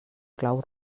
clau